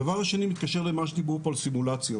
הדבר השני מתקשר למה שדיברו פה על סימולציות.